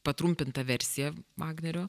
patrumpinta versija vagnerio